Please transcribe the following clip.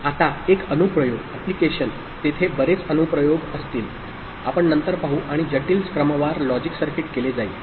आता एक अनुप्रयोग अप्लिकेशन तेथे बरेच अनुप्रयोग अप्लिकेशन असतील आपण नंतर पाहू आणि जटिल क्रमवार लॉजिक सर्किट केले जाईल